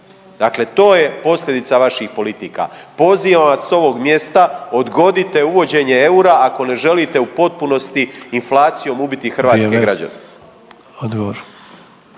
Dakle, to je posljedica vaših politika. Pozivam vas sa ovog mjesta odgodite uvođenje eura ako ne želite u potpunosti inflacijom ubiti hrvatske građane.